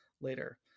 later